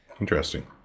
Interesting